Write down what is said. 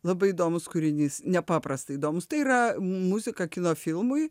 labai įdomus kūrinys nepaprastai įdomūs tai yra muzika kino filmui